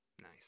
Nice